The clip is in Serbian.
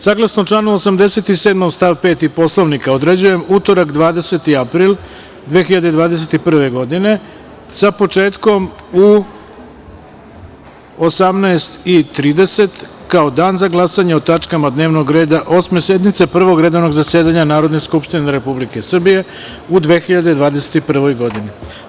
Saglasno članu 87. stav 5. Poslovnika određujem utorak, 20. april 2021. godine, sa početkom u 18.30 časova kao dan za glasanje o tačkama dnevnog reda Osme sednice Prvog redovnog zasedanja Narodne skupštine Republike Srbije u 2021. godini.